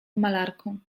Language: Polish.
malarką